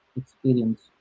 experience